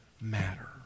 matter